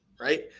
right